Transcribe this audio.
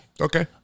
Okay